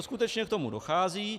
Skutečně k tomu dochází.